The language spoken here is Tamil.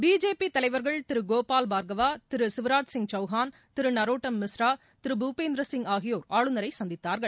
பிஜேபி தலைவர்கள் திரு கோபால் பர்கவா திரு சிவராஜ் சிங் சௌகான் திரு நரோட்டம் மிஸ்ரா மற்றும் திரு பூபேந்திர சிங் ஆகியோர் ஆளுநரை சந்தித்தார்கள்